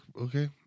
okay